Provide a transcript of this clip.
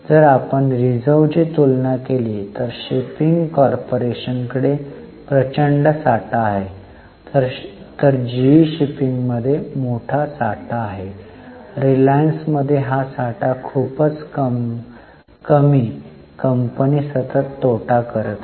जर आपण रिझर्वची तुलना केली तर शिपिंग कॉर्पोरेशनकडे प्रचंड साठा आहे तसेच जीई शिपिंगमध्ये मोठा साठा आहे रिलायन्स मध्ये हा साठा खूपच कमी कंपनी सतत तोटा करत आहे